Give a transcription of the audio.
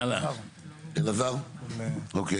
אוקיי,